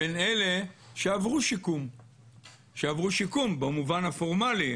בין אלה שעברו שיקום במובן הפורמלי?